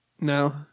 No